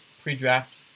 pre-draft